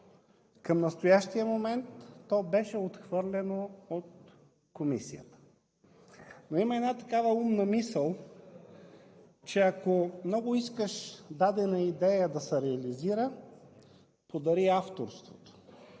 Към настоящия момент то беше отхвърлено от Комисията. Но има една умна мисъл, че ако много искаш дадена идея да се реализира, подари авторството.